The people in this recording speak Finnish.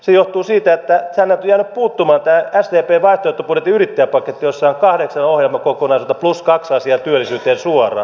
se johtuu siitä että tästä on jäänyt puuttumaan tämä sdpn vaihtoehtobudjetin yrittäjäpaketti jossa on kahdeksan ohjelmakokonaisuutta plus kaksi asiaa työllisyyteen suoraan